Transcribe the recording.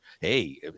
hey